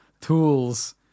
tools